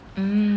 mm